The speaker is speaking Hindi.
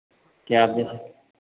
क्या बेहा